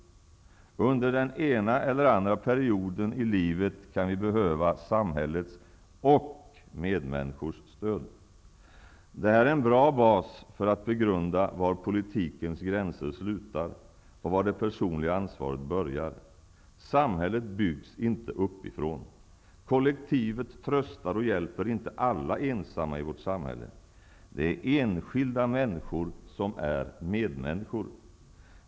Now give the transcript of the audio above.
Under den ena eller den andra perioden i livet kan vi behöva samhällets och medmänniskors stöd. Det här är en bra bas för att begrunda var politikens gränser slutar och var det personliga ansvaret börjar. Samhället byggs inte uppifrån. Kollektivet tröstar och hjälper inte alla ensamma i vårt samhälle. Det är enskilda människor som är medmänniskor.